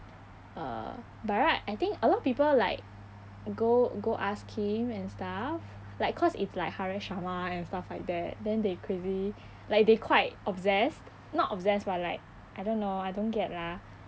uh by right I think a lot of people like go go ask him and stuff like cause it's like haresh sharma and stuff like that then they crazy like they quite obsessed not obsessed but like I don't know I don't get lah